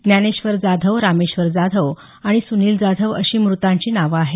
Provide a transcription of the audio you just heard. ज्ञानेश्वर जाधव रामेश्वर जाधव आणि सुनील जाधव अशी मृतांची नावं आहेत